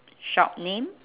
shop name